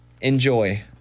Enjoy